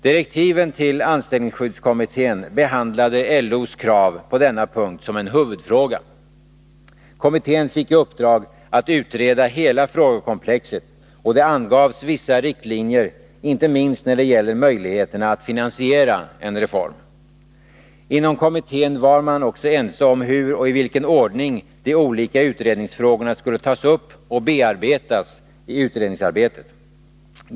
Direktiven till anställningsskyddskommittén behandlade LO:s krav på denna punkt som en huvudfråga. Kommittén fick i uppdrag att utreda hela frågekomplexet, och det angavs vissa riktlinjer inte minst när det gäller möjligheterna att finansiera en reform. Inom kommittén var man också ense om hur och i vilken ordning de olika utredningsfrågorna skulle tas upp och bearbetas i utredningsarbetet.